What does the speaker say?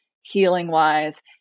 healing-wise